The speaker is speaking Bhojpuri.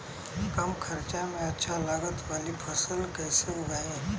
कम खर्चा में अच्छा लागत वाली फसल कैसे उगाई?